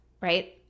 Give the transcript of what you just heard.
right